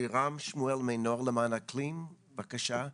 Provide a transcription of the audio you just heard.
לירם שמואל, מנוער למען האקלים, בבקשה.